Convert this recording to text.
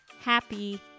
happy